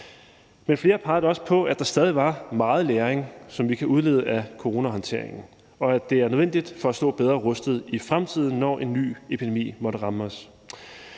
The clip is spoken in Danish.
Men flere pegede også på, at der stadig er meget læring, som vi kan udlede af coronahåndteringen, og at det er nødvendigt for at stå bedre i fremtiden, når en ny epidemi måtte ramme os.